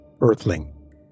earthling